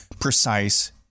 precise